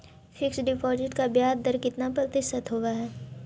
Fix deposit का ब्याज दर कितना प्रतिशत होब है?